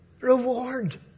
Reward